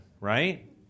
Right